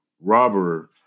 robber